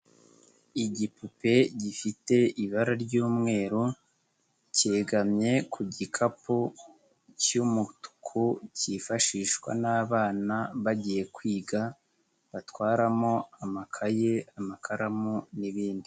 Igipupe gifite ibara ry'umweru cyegamye ku gikapu cy'umutuku cyifashishwa n'abana bagiye kwiga batwaramo amakaye, amakaramu, n'ibindi.